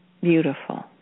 beautiful